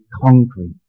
concrete